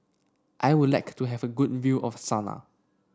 I would like to have a good view of Sanaa